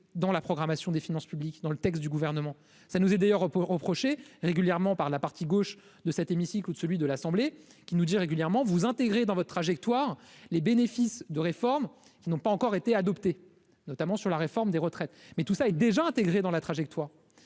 dans la programmation des finances publiques dans le texte du gouvernement, ça nous est d'ailleurs reproché régulièrement par la partie gauche de cet hémicycle, ou de celui de l'Assemblée, qui nous disaient régulièrement vous intégrez dans votre trajectoire les bénéfices de réformes, ils n'ont pas encore été adoptée notamment sur la réforme des retraites, mais tout cela est déjà intégré dans la trajectoire